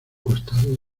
costado